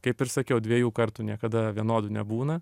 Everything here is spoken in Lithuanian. kaip ir sakiau dviejų kartų niekada vienodų nebūna